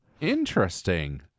Interesting